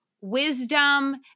wisdom